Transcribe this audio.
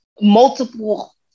multiple